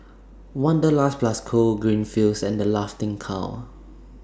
Wanderlust Plus Co Greenfields and The Laughing Cow